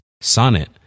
Sonnet